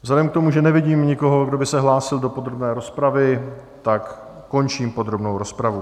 Vzhledem k tomu, že nevidím nikoho, kdo by se hlásil do podrobné rozpravy, končím podrobnou rozpravu.